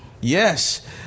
Yes